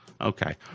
Okay